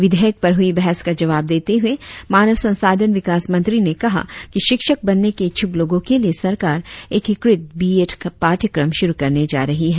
विधेयक पर हुई बहस का जवाब देते हुए मानव संसाधन विकास मंत्री ने कहा कि शिक्षक बनने के इच्छुक लोगों के लिए सरकार एकीकृत बी एड पाठ्यक्रम शुरु करने जा रही है